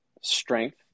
strength